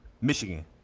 Michigan